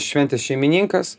šventės šeimininkas